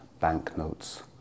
banknotes